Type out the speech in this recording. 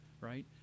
right